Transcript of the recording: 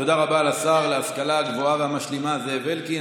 תודה רבה לשר להשכלה גבוהה ומשלימה זאב אלקין.